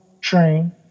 train